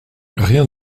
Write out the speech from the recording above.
rien